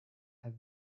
have